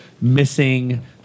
missing